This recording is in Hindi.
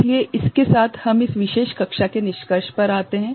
इसलिए इसके साथ हम इस विशेष कक्षा के निष्कर्ष पर आते हैं